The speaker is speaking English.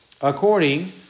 according